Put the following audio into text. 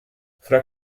fra